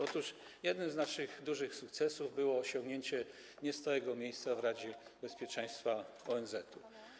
Otóż jednym z naszych dużych sukcesów było osiągnięcie niestałego miejsca w Radzie Bezpieczeństwa ONZ.